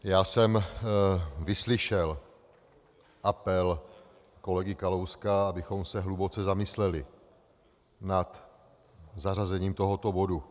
Já jsem vyslyšel apel kolegy Kalouska, abychom se hluboce zamysleli nad zařazením tohoto bodu.